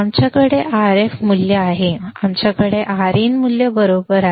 आमच्याकडे आरएफ मूल्य आहे आमच्याकडे Rin मूल्य बरोबर आहे